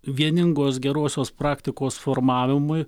vieningos gerosios praktikos formavimui